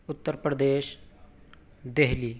Uttar Pradesh Delhi